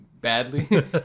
badly